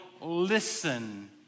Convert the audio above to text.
listen